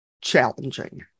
challenging